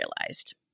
realized